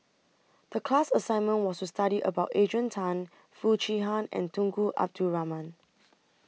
The class assignment was to study about Adrian Tan Foo Chee Han and Tunku Abdul Rahman